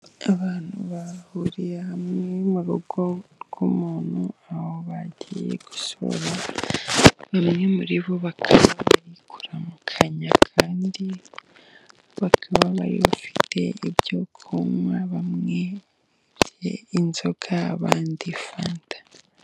Abantu bahuriye hamwe mu rugo rw'umuntu aho bagiye gusura, bamwe muri bo bakaba bikoramukanya kandi bakaba bari bafite ibyo kunywa, bamwe bafite inzoga, abandi fanta.